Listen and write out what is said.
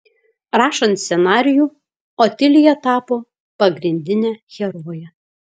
rašant scenarijų otilija tapo pagrindine heroje